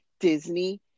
Disney